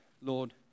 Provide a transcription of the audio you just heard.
Lord